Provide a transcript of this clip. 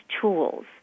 tools